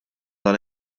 dan